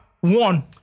One